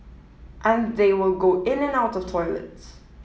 and they will go in and out of toilets